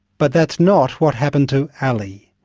but that's not what happened to ali.